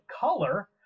color